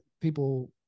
people